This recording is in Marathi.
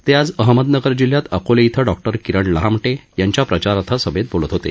ते आज अहमदनगर जिल्ह्यात अकोले इथं डॉ किरण लहामटे यांच्या प्रचारार्थ सभेत बोलत होते